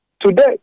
today